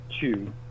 two